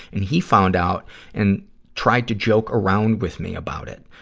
and he found out and tried to joke around with me about it.